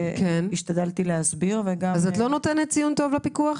השתדלתי להסביר --- אז את לא נותנת ציון טוב לפיקוח?